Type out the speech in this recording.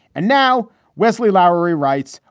and now wesley lowery writes,